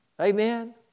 Amen